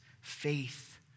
faith